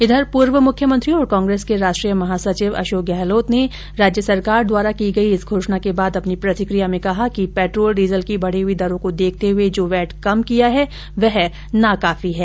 इधर पूर्व मुख्यमंत्री और कांग्रेस के राष्ट्रीय महासचिव अशोक गहलोत ने राज्य सरकार द्वारा की गई इस घोषणा के बाद अपनी प्रतिक्रिया में कहा कि पेट्रोल डीजल की बढ़ी हई दरों को देखते हुए जो वैट कम किया है वह नाकाफी है